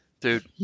Dude